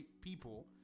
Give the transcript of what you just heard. people